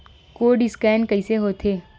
Code scan कइसे होथे?